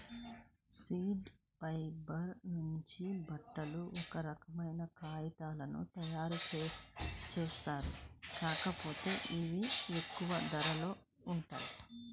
seed fibre నుంచి బట్టలు, ఒక రకమైన కాగితాలను తయ్యారుజేత్తారు, కాకపోతే ఇవి ఎక్కువ ధరలో ఉంటాయి